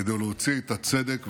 כדי להוציא את הצדק והאמת.